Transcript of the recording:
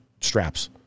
straps